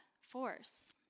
force